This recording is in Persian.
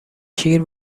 شیر